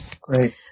Great